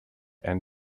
end